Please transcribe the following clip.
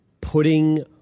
putting